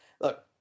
look